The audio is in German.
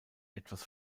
etwas